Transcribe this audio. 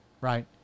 Right